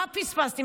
מה פספסתי?